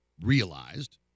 realized